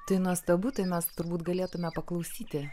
tai nuostabu tai mes turbūt galėtume paklausyti